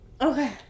Okay